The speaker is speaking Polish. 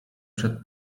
przed